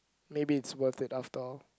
maybe it's worth it after all